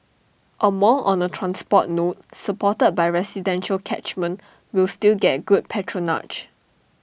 A mall on A transport node supported by residential catchment will still get good patronage